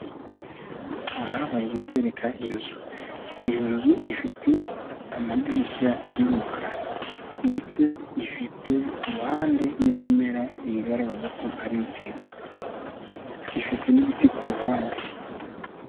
Iyi ngiyi ni imirimo y'amaboko y'ubudozi aha ngaha bakudodera ibikapu byiza gakondo Kinyarwanda wabasha kuba wahaha ukakajyana ahantu hatandukanye guhahiramo ndetse n'utundi tuntu twinshi.